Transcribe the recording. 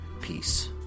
Peace